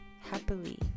happily